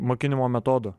mokinimo metodų